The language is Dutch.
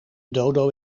dodo